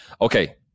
Okay